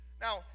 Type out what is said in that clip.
Now